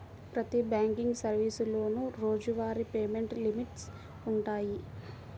ప్రతి బ్యాంకింగ్ సర్వీసులోనూ రోజువారీ పేమెంట్ లిమిట్స్ వుంటయ్యి